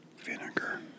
vinegar